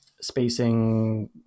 spacing